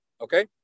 Okay